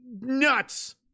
Nuts